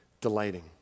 delighting